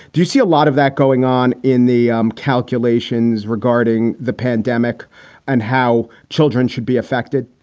do you see a lot of that going on in the um calculations regarding the pandemic and how children should be affected?